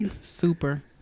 Super